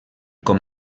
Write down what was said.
com